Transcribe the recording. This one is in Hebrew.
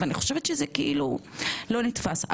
ואני חושבת שזה כאילו, לא נתפס.